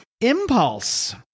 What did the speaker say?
Impulse